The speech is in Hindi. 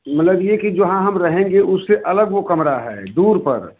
मतलब ये कि जहाँ हम रहेंगे उसके अलग वो कमरा है दूर पर